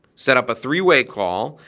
set up a three-way call,